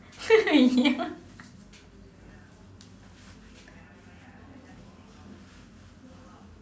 ya